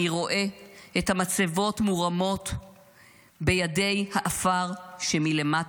אני רואה / את המצבות מורמות בידי / העפר שמלמטה: